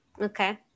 Okay